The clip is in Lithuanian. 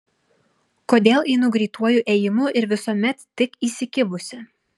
kodėl einu greituoju ėjimu ir visuomet tik įsikibusi